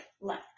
left